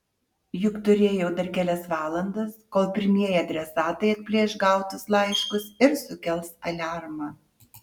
juk turėjau dar kelias valandas kol pirmieji adresatai atplėš gautus laiškus ir sukels aliarmą